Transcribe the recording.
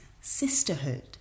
sisterhood